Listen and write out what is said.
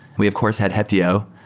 we have course had heptio,